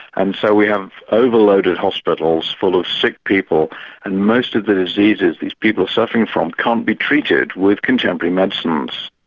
and so we have overloaded hospitals full of sick people and most of the diseases these people are suffering from, can't be treated with contemporary medicines.